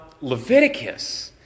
Leviticus